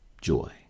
joy